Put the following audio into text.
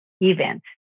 event